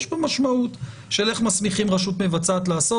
יש פה משמעות של איך מסמיכים רשות מבצעת לעשות.